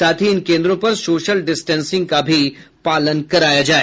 साथ ही इन केन्द्रों पर सोशल डिस्टेंसिंग का भी पालन कराया जाय